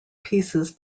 pieces